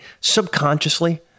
subconsciously